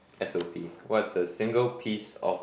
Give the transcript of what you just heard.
S_O_P what is a single piece of